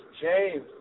James